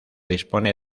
dispone